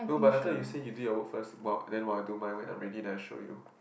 no but I thought you say you did your work first while then I will do my way I'm ready then I will show you